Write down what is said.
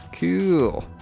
Cool